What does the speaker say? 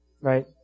Right